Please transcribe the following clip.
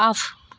off